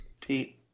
Pete